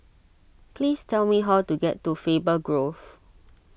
please tell me how to get to Faber Grove